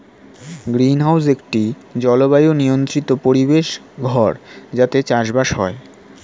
greenhouse একটি জলবায়ু নিয়ন্ত্রিত পরিবেশ ঘর যাতে চাষবাস হয়